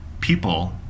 people